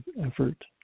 effort